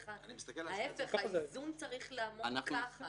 ההפך, האיזון צריך לעמוד ככה